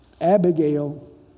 Abigail